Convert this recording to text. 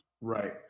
Right